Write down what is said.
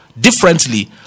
differently